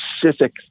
specific